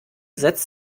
setzt